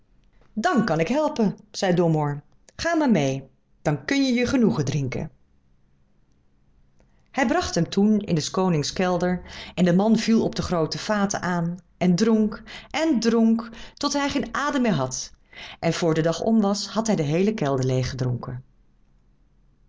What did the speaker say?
dan kan ik je helpen zei domoor ga maar meê dan kun je je genoegen drinken hij bracht hem toen in s koning's kelder en de man viel op de groote vaten aan en dronk en dronk tot hij geen adem meer had en vr den dag om was had hij de heele kelder